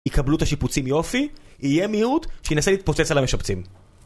יקבלו את השיפוצים יופי, יהיה מיעוט שינסה להתפוצץ על המשפצים